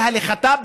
בהליכתה,